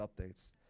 updates